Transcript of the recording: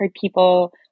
people